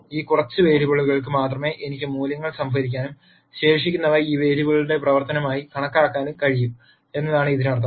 ഈ കുറച്ച് വേരിയബിളുകൾ ക്ക് മാത്രമേ എനിക്ക് മൂല്യങ്ങൾ സംഭരിക്കാനും ശേഷിക്കുന്നവ ഈ വേരിയബിളുകളുടെ പ്രവർത്തനമായി കണക്കാക്കാനും കഴിയൂ എന്നാണ് ഇതിനർത്ഥം